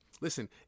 Listen